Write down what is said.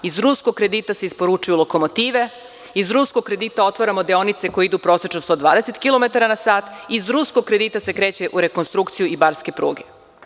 Iz ruskog kredita se isporučuju lokomotive, iz ruskog kredita otvaramo deonice koje idu prosečno 120 kilometara na sat, iz ruskog kredita se kreće u rekonstrukciju i barske pruge.